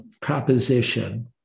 proposition